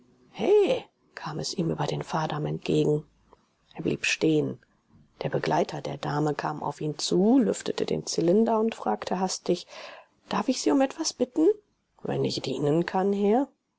he kam es ihm über den fahrdamm entgegen er blieb stehen der begleiter der dame kam auf ihn zu lüftete den zylinder und fragte hastig darf ich sie um etwas bitten wenn ich dienen kann herr